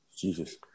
Jesus